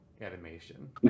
animation